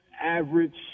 average